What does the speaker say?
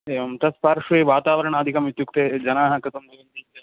एवं तत्पार्श्वे वातावरणादिकम् इत्युक्ते जनाः कथं भवन्ति इत्यादिकम्